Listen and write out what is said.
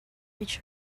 which